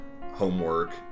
homework